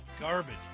garbage